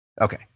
Okay